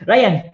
Ryan